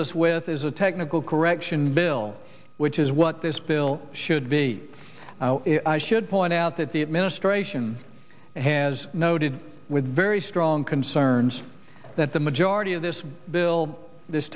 us with is a technical correction bill which is what this bill should be i should point out that the administration has noted with very strong concerns that the majority of this bill this